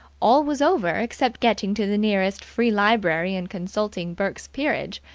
all was over except getting to the nearest free library and consulting burke's peerage.